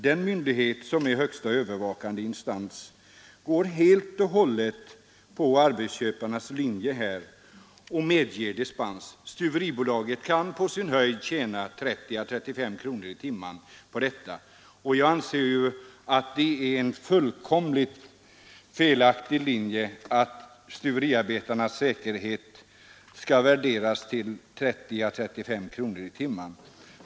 Den myndighet som är högsta övervakande instans går här helt och hållet på arbetsköparnas linje och medger dispens. Stuveribolaget kan på sin höjd tjäna 30—35 kronor i timmen på detta. Jag anser att det är en fullkomligt felaktig linje att stuveriarbetarnas säkerhet skall värderas till 30-35 kronor i timmen.